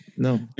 No